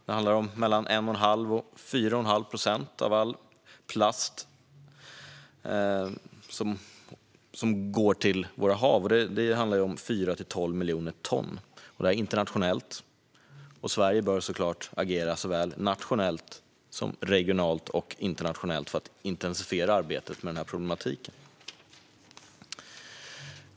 Det handlar om mellan 1 1⁄2 och 4 1⁄2 procent av all plast som tillverkas. Den går ut i våra hav. Det är 4-12 miljoner ton. Det är ett internationellt problem, och Sverige bör såklart agera såväl nationellt som regionalt och internationellt för att intensifiera arbetet med den här problematiken.